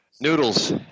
Noodles